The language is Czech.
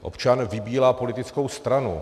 Občan vybírá politickou stranu.